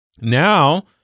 Now